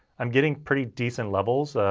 i'm getting pretty decent levels,